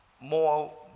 more